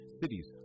Cities